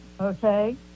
okay